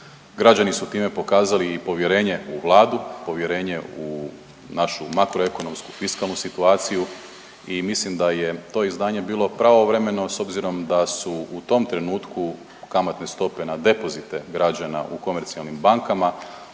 Građani su time pokazali i povjerenje u Vladu, povjerenje u našu makroekonomsku i fiskalnu situaciju i mislim da je to izdanje bilo pravovremeno s obzirom da su u tom trenutku kamatne stope na depozite građana u komercijalnim bankama